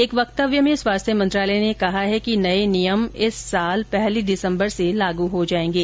एक वक्तव्य में स्वास्थ्य मंत्रालय ने कहा है कि नए नियम इस साल पहली दिसंबर से लागू हो जाएगे